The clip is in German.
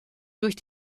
durch